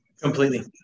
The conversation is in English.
Completely